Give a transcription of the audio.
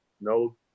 No